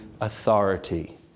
authority